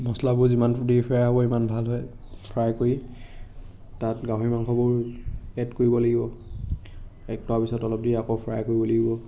মচলাবোৰ যিমানতো দেৰি ফ্ৰাই হ'ব সিমান ভাল হয় ফ্ৰাই কৰি তাত গাহৰি মাংসবোৰ এড কৰিব লাগিব এড কৰাৰ পিছত অলপ দেৰি আকৌ ফ্ৰাই কৰিব লাগিব